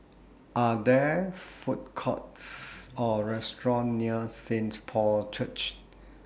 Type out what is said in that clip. Are There Food Courts Or Restaurant near Saint Paul Church